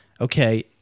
Okay